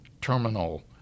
terminal